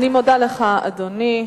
תודה, אדוני.